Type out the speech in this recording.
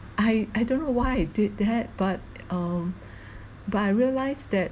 I I don't know why I did that but um but I realise that